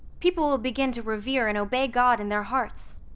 people will begin to revere and obey god in their hearts.